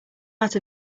out